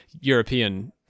european